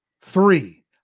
three